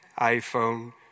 iPhone